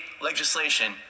legislation